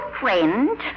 friend